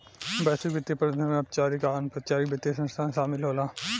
वैश्विक वित्तीय प्रबंधन में औपचारिक आ अनौपचारिक वित्तीय संस्थान शामिल होला